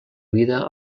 vida